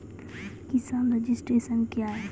किसान रजिस्ट्रेशन क्या हैं?